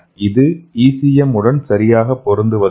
இது ECM உடன் சரியாக பொருந்துவதில்லை